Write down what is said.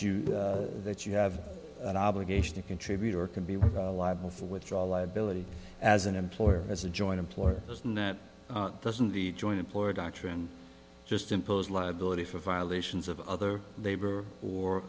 you that you have an obligation to contribute or can be liable for withdraw liability as an employer as a joint employer isn't that doesn't the joint employer doctrine just impose liability for violations of other labor or